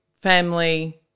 family